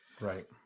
Right